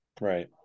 Right